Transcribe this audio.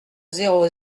zéro